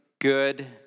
good